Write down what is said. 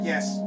Yes